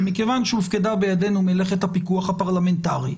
ומכיוון שהופקדה בידינו מלאכת הפיקוח הפרלמנטרי,